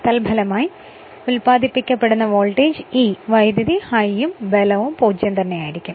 തൽഫലമായി ഉൽപാദിപ്പിക്കപ്പെടുന്ന voltage E വൈദ്യുതി I ഉം ബലവും പൂജ്യം തന്നെയായിരിക്കും